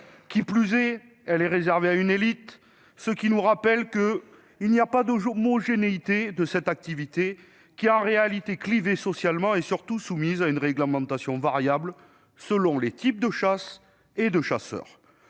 est plus est, elle est réservée à une élite, ce qui nous rappelle que cette activité n'est pas homogène : elle est en réalité clivée socialement et surtout soumise à une réglementation variable selon les types de chasses et de chasseurs.